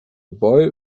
boy